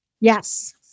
Yes